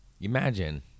imagine